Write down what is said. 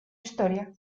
historia